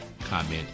comment